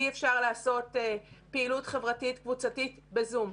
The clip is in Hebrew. אי אפשר לעשות פעילות חברתית קבוצתית בזום,